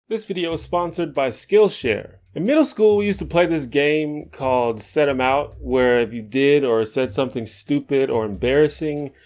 this video is sponsored by skillshare. in middle school we used to play this game called set em out where if you did or said something stupid or embarrassing,